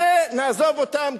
נעזוב אותם,